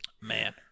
Man